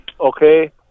okay